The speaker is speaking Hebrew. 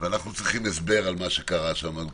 ואנחנו צריכים הסבר על מה שקרה שם.